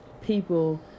people